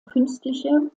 künstliche